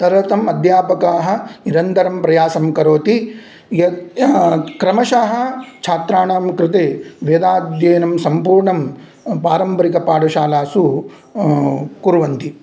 तदर्थम् अध्यापकाः निरन्तरं प्रयासं करोति यत् क्रमशः छात्राणां कृते वेदाध्ययनं सम्पूर्णं पारम्परिकपाठशालासु कुर्वन्ति